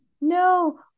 no